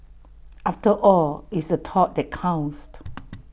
after all it's the thought that counts